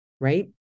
right